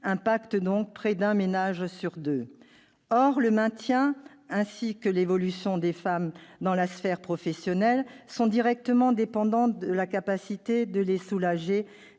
affectent donc près d'un ménage sur deux. Or le maintien ainsi que l'évolution des femmes dans la sphère professionnelle dépendent directement de la capacité de soulager